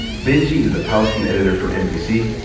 benjy is a policy editor for nbc,